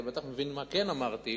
אתה בטח מבין מה כן אמרתי,